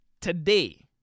today